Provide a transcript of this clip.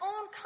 own